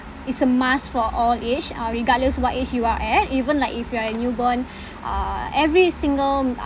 it's a must for all age uh regardless what age you are at even like if you are a newborn uh every single